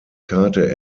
karte